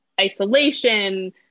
isolation